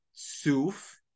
Suf